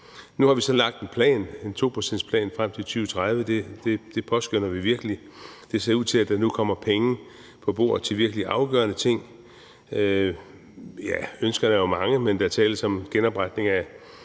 Nu har vi så lagt en plan, en 2-procentsplan, frem til 2030. Det påskønner vi virkelig. Det ser ud til, at der nu kommer penge på bordet til virkelig afgørende ting. Ja, ønskerne er jo mange, men der tales om genopretning af